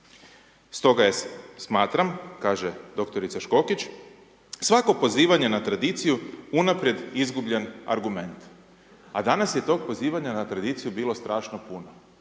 Stoga smatram, kaže dr. Škokić, svako pozivanje na tradiciju unaprijed izgubljen argument, a danas je to pozivanje na tradiciju bilo strašno puno.